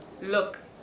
Look